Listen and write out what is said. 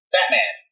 Batman